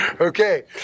Okay